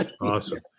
Awesome